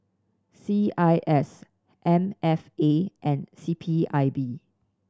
C I S M F A and C P I B